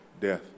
Death